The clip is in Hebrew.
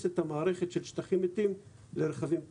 את המערכת של שטחים מתים לרכבים כבדים.